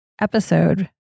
episode